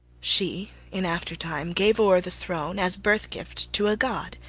she, in after time, gave o'er the throne, as birthgift to a god,